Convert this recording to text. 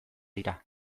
dira